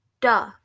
Duh